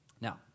Now